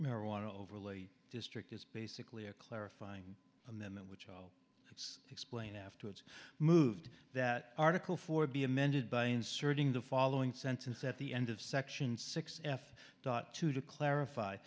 marijuana overlay district is basically a clarifying amendment which i it's explained afterwards moved that article four be amended by inserting the following sentence at the end of section six f thought to to clarify